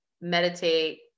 meditate